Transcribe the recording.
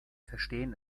verstehen